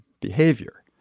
behavior